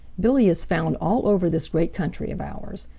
billy is found all over this great country of ours.